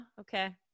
okay